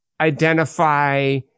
identify